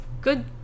Good